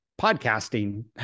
podcasting